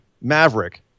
Maverick